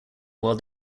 while